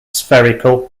spherical